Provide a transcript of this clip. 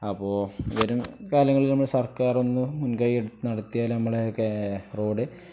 അപ്പോ വരും കാലങ്ങളിൽ നമ്മള് സർക്കാർൊന്ന് മുൻകായി എടു നടത്തിയാല് നമ്മളക്കെ റോഡ്